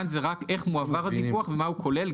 כאן זה רק איך מועבר הדיווח ומה הוא כולל.